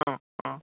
ಹ್ಞೂ ಹ್ಞೂ